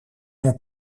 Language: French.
mon